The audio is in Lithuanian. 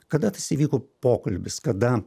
kada tas įvyko pokalbis kada